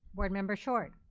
board member short.